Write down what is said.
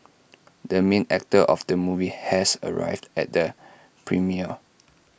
the main actor of the movie has arrived at the premiere